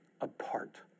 apart